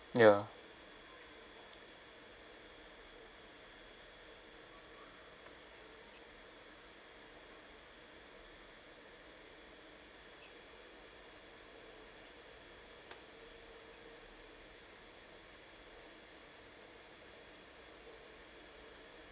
ya